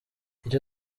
icyo